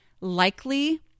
likely